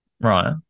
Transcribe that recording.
Right